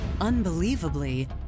Unbelievably